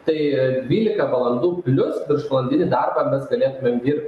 tai dvylika valandų plius viršvalandinį darbą mes galėtumėm dirbt